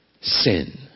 sin